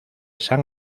san